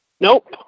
nope